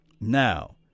now